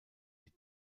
die